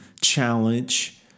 challenge